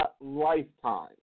lifetime